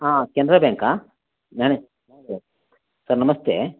ಹಾಂ ಕೆನರಾ ಬ್ಯಾಂಕಾ manager sir ನಮಸ್ತೆ